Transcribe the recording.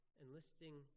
enlisting